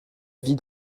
vie